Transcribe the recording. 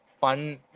fun